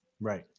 Right